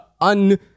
un